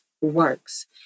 works